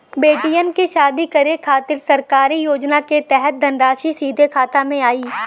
बेटियन के शादी करे के खातिर सरकारी योजना के तहत धनराशि सीधे खाता मे आई?